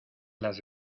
las